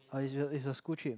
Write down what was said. oh it's a it's a school trip